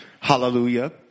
Hallelujah